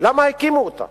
למה הקימו אותה